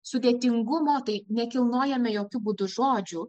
sudėtingumo tai nekilnojame jokiu būdu žodžių